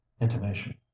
intimation